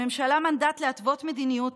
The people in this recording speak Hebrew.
לממשלה מנדט להתוות מדיניות